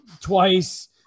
Twice